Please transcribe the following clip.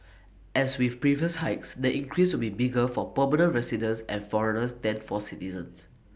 as with previous hikes the increase will be bigger for permanent residents and foreigners than for citizens